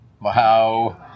Wow